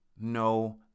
no